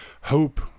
hope